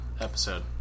episode